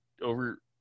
over